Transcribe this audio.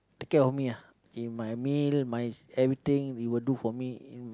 take care of me ah in my meal my everything we will do for me in